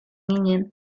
ginen